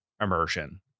immersion